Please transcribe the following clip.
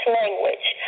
language